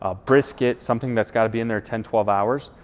ah brisket, something that's gotta be in there ten, twelve hours,